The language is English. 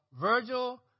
Virgil